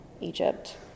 Egypt